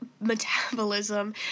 metabolism